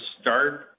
start